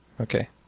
Okay